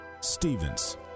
Stevens